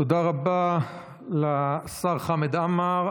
תודה רבה לשר חמד עמאר,